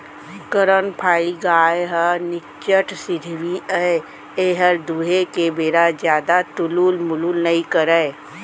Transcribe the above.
करन फ्राइ गाय ह निच्चट सिधवी अय एहर दुहे के बेर जादा तुलुल मुलुल नइ करय